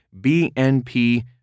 BNP